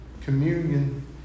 communion